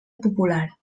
popular